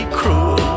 cruel